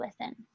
listen